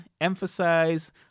emphasize